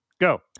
go